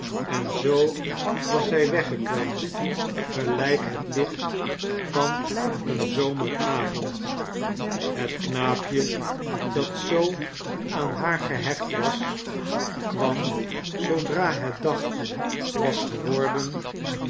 en zoo was zij weggekwijnd gelijk het licht van een zomeravond het knaapje dat zoo aan haar gehechtwas kwam zoodra het dag was geworden